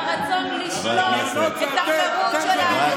לרצון לשלול את החירות של האנשים,